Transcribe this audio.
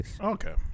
Okay